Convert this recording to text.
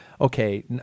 okay